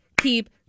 keep